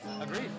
Agreed